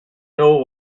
know